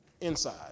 inside